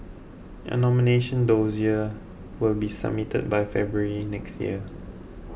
a nomination dossier will be submitted by February next year